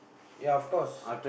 ya of course